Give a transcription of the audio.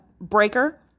breaker